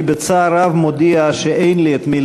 אני בצער רב מודיע שאין לי את מי